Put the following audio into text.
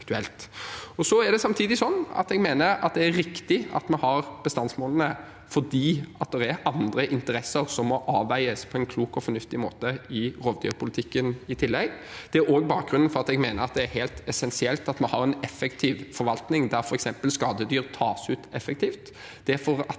til at det blir aktuelt. Jeg mener det er riktig at vi har bestandsmålene, fordi det i tillegg er andre interesser som må avveies på en klok og fornuftig måte i rovdyrpolitikken. Det er også bakgrunnen for at jeg mener det er helt essensielt at vi har en effektiv forvaltning, der f.eks. skadedyr tas ut effektivt. Det er for at